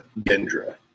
Gendra